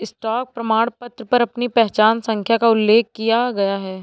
stock प्रमाणपत्र पर आपकी पहचान संख्या का उल्लेख किया गया है